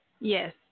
Yes